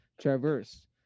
traverse